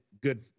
good